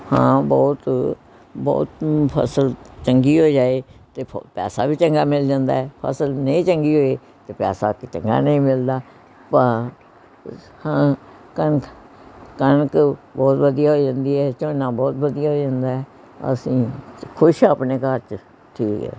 ਹਾਂ ਬਹੁਤ ਬਹੁਤ ਫਸਲ ਚੰਗੀ ਹੋ ਜਾਏ ਤਾਂ ਫ ਪੈਸਾ ਵੀ ਚੰਗਾ ਮਿਲ ਜਾਂਦਾ ਫਸਲ ਨਹੀਂ ਚੰਗੀ ਹੋਈ ਤਾਂ ਪੈਸਾ ਕਿ ਚੰਗਾ ਨਹੀਂ ਮਿਲਦਾ ਹਾਂ ਕਣਕ ਕਣਕ ਬਹੁਤ ਵਧੀਆ ਹੋ ਜਾਂਦੀ ਹੈ ਝੋਨਾ ਬਹੁਤ ਵਧੀਆ ਹੋ ਜਾਂਦਾ ਹੈ ਅਸੀਂ ਖੁਸ਼ ਆਪਣੇ ਘਰ 'ਚ ਠੀਕ